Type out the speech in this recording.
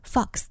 ，Fox